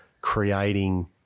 creating